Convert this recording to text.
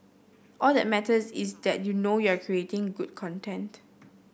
all that matters is that you know you're creating good content